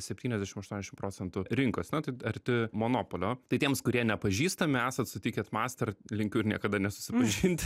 septyniasdešim aštuoniasdešim procentų rinkos na tai arti monopolio tai tiems kurie nepažįstami esat su tiket master linkiu ir niekada nesusipažinti